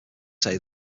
say